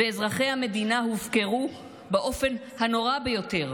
ואזרחי המדינה הופקרו באופן הנורא ביותר.